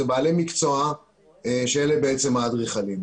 אלה בעלי מקצוע שאלה בעצם האדריכלים.